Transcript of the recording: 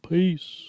Peace